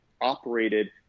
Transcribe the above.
operated